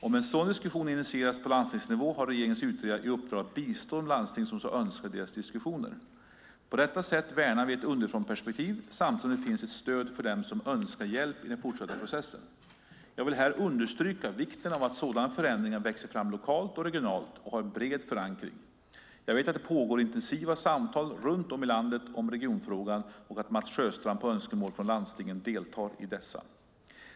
Om en sådan diskussion initieras på landstingsnivå har regeringens utredare i uppdrag att bistå de landsting som så önskar i deras diskussioner. På detta sätt värnar vi ett underifrånperspektiv samtidigt som det finns ett stöd för dem som önskar hjälp i den fortsatta processen. Jag vill här understryka vikten av att sådana ändringar växer fram lokalt och regionalt och har en bred förankring. Jag vet att det pågår intensiva samtal runt om i landet om regionfrågan och att Mats Sjöstrand efter önskemål från landstingen deltar i dessa.